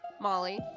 Molly